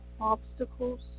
obstacles